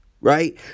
right